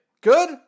Good